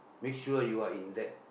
make sure you are in that